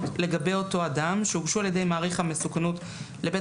לגבי אותו אדם שהוגשו על ידי מעריך המסוכנות לבית